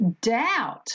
doubt